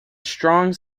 strong